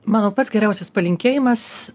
manau pats geriausias palinkėjimas